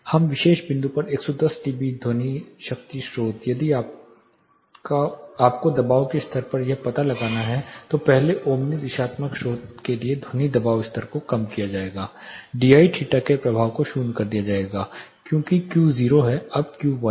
इस विशेष बिंदु पर 110 डीबी ध्वनि शक्ति स्रोत यदि आपको दबाव के स्तर पर यह पता लगाना है तो पहले ओमनी दिशात्मक स्रोत के लिए ध्वनि दबाव स्तर को कम किया जाएगा डीआई थीटा के प्रभाव को शून्य कर दिया जाएगा क्योंकि क्यू 0 है अब क्यू 1 है